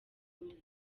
umugore